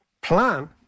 plan